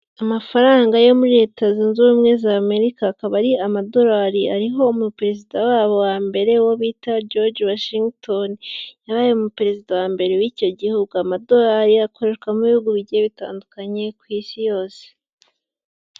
Amafaranga yo muri leta zunze ubumwe za Amerika, akaba ari amadolari ariho umuperezida wabo wa mbere wo bita George Washington, yabaye umuperezida wa mbere w'icyo gihugu, amadolari akorerwa mu bihugu bigiye bitandukanye ku Isi yose.